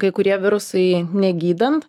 kai kurie virusai negydant